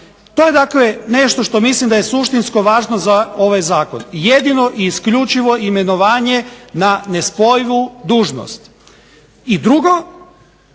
To je dakle nešto što mislim da je suštinsko važno za ovaj zakon, jedino i isključivo imenovanje na nespojivu dužnost. I drugo,